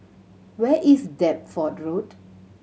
where is Deptford Road